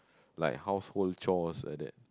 like household chores like that